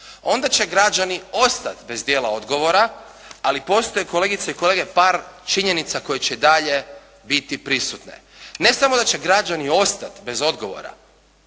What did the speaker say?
onda će građani ostati bez dijela odgovora, ali postoje kolegice i kolege par činjenica koje će i dalje biti prisutne. Ne samo da će građani ostati bez odgovora.